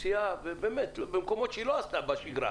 מוציאה במקומות שהיא לא עושה בשגרה.